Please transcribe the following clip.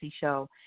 Show